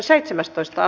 asia